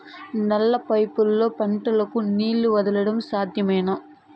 నల్ల పైపుల్లో పంటలకు నీళ్లు వదలడం సాధ్యమేనా?